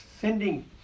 sending